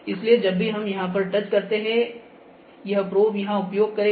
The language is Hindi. इसलिए जब भी हम यहां पर टच करते है यह प्रोब यहां उपयोग करेगी